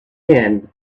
hand